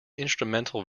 instrumental